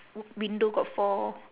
w~ window got four